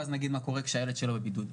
ואז נגיד מה קורה כשהילד שלו בבידוד.